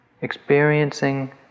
experiencing